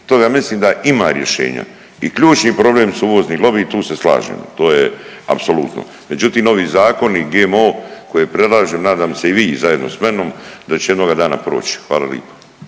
to ja mislim da ima rješenja i ključni problem su uvozni lobiji, tu se slažemo, to je apsolutno, međutim ovi zakoni i GMO koje predlažem nadam se i vi zajedno s menom da će jednoga dana proći, hvala lipo.